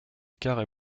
carré